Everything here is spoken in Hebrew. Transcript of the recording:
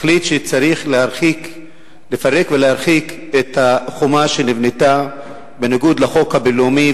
החליט שצריך לפרק ולהרחיק את החומה שנבנתה בניגוד לחוק הבין-לאומי,